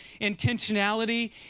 intentionality